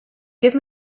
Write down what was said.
give